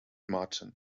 martin